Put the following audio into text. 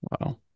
Wow